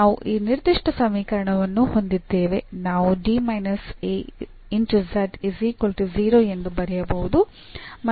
ನಾವು ಈ ನಿರ್ದಿಷ್ಟ ಸಮೀಕರಣವನ್ನು ಹೊಂದಿದ್ದೇವೆ ನಾವು ಎಂದು ಬರೆಯಬಹುದು